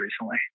recently